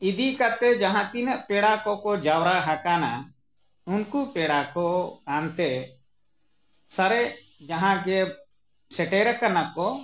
ᱤᱫᱤ ᱠᱟᱛᱮᱫ ᱡᱟᱦᱟᱸ ᱛᱤᱱᱟᱹᱜ ᱯᱮᱲᱟ ᱠᱚᱠᱚ ᱡᱟᱣᱨᱟ ᱟᱠᱟᱱᱟ ᱩᱱᱠᱩ ᱯᱮᱲᱟ ᱠᱚ ᱟᱱᱛᱮ ᱥᱟᱨᱮᱡ ᱡᱟᱦᱟᱸ ᱜᱮ ᱥᱮᱴᱮᱨ ᱟᱠᱟᱱᱟ ᱠᱚ